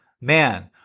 man